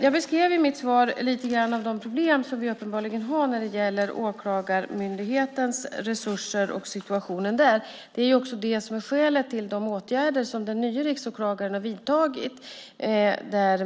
Jag beskrev i mitt svar lite om de problem som vi uppenbarligen har när det gäller Åklagarmyndighetens resurser och situationen där. Det är också detta som är skälet till de åtgärder som den nye riksåklagaren har vidtagit.